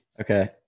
Okay